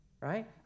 Right